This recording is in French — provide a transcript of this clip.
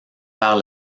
par